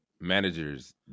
managers